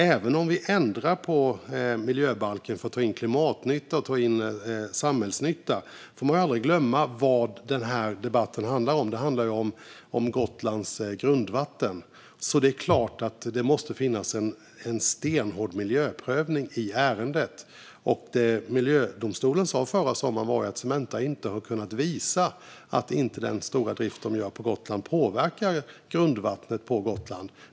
Även om vi ändrar på miljöbalken för att ta in klimatnytta och samhällsnytta får vi aldrig glömma vad debatten handlar om, nämligen om Gotlands grundvatten. Det är klart att det måste finnas en stenhård miljöprövning i ärendet. Miljödomstolen sa förra sommaren att Cementa inte har kunnat visa att den stora driften på Gotland inte påverkar grundvattnet på Gotland.